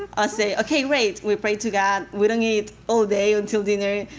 i say, ok, wait. we pray to god. we don't eat all day until dinner.